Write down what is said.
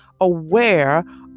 aware